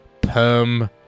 perm